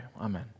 Amen